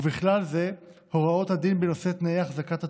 ובכלל זה הוראות הדין בנושא תנאי החזקת עצורים,